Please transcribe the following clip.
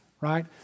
right